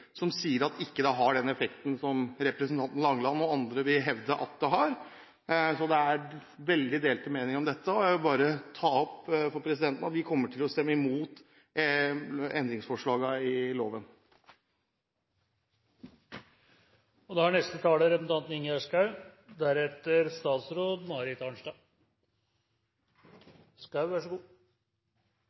som sier at det ikke har den effekten som representanten Langeland og andre vil hevde at det har. Det er veldig delte meninger om dette, og vi kommer til å stemme imot endringsforslagene til loven. I dag har lagmannsretten her i byen sendt en ankesak om miljøfartsgrenser i